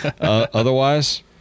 Otherwise